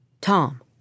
Tom